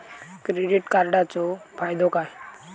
Credit कार्डाचो फायदो काय?